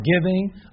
giving